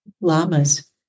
lamas